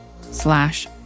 slash